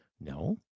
No